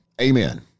Amen